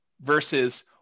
versus